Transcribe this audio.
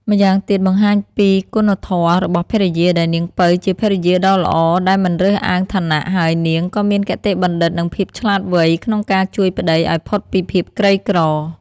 ម្យ៉ាងទៀតបង្ហាញណីគុណធម៌របស់ភរិយាដែលនាងពៅជាភរិយាដ៏ល្អដែលមិនរើសអើងឋានៈ ហើយនាងក៏មានគតិបណ្ឌិតនិងភាពឆ្លាតវៃក្នុងការជួយប្ដីឲ្យផុតពីភាពក្រីក្រ។